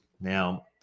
Now